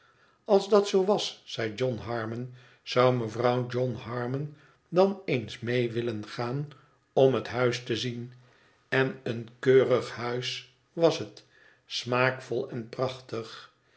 van weet alsdatzoo was zei john harmon tzou mevrouw john harmon dan eens mee willen gaan om het huis te zien n een keurig huis was het smaakvol en prachtig